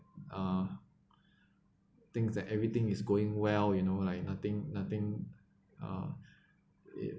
uh thinks that everything is going well you know like nothing nothing uh